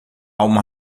uma